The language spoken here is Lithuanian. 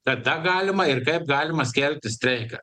kada galima ir kaip galima skelbti streiką